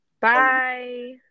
Bye